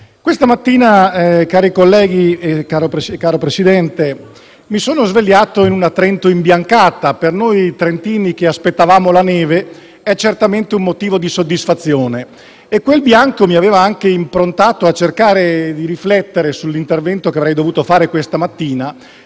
Presidente, colleghi, questa mattina mi sono svegliato in una Trento imbiancata e per noi trentini, che aspettavamo la neve, è certamente un motivo di soddisfazione. Quel bianco mi aveva anche portato a cercare di riflettere sull'intervento che avrei dovuto fare questa mattina,